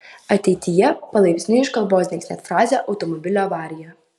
ateityje palaipsniui iš kalbos dings net frazė automobilio avarija